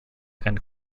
and